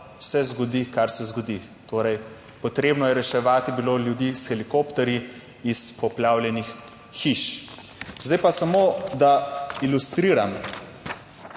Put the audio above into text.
se zgodi, kar se zgodi. Torej, potrebno je reševati bilo ljudi s helikopterji iz poplavljenih hiš. Zdaj pa samo, da ilustriram.